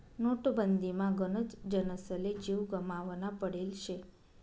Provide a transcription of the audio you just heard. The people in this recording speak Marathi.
नोटबंदीमा गनच जनसले जीव गमावना पडेल शे